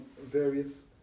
various